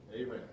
Amen